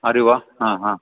अरे वा हां हां